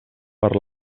per